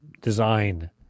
design